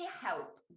help